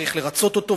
צריך לרצות אותו,